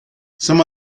some